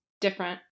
different